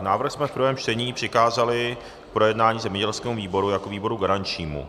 Návrh jsme v prvém čtení přikázali k projednání zemědělskému výboru jako výboru garančnímu.